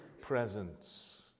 presence